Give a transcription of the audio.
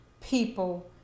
people